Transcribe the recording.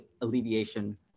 alleviation